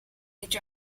each